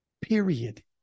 period